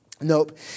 Nope